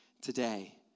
today